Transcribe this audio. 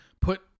Put